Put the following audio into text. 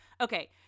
okay